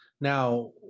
now